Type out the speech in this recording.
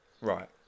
right